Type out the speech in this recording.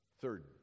Third